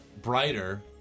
brighter